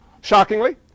shockingly